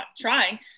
trying